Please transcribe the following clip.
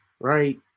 right